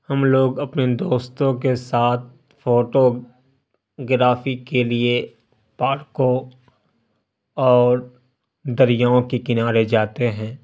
ہم لوگ اپنے دوستوں کے ساتھ فوٹو گرافی کے لیے پارکو اور دریاؤں کے کنارے جاتے ہیں